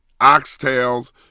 oxtails